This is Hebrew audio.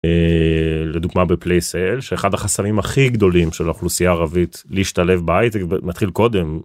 לדוגמה בפלייסייל שאחד החסמים הכי גדולים של האוכלוסייה הערבית להשתלב בהייטק מתחיל קודם